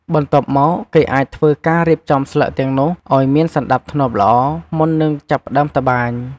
បន្ទាប់មក គេអាចធ្វើការរៀបចំស្លឹកទាំងនោះឲ្យមានសណ្តាប់ធ្នាប់ល្អ មុននឹងចាប់ផ្តើមត្បាញ។